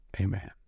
Amen